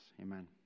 Amen